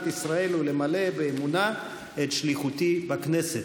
ישראל ולמלא באמונה את שליחותי בכנסת".